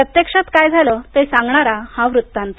प्रत्यक्षात काय झालं ते सांगणारा हा वृत्तांत